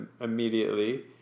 immediately